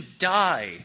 die